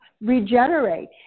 regenerate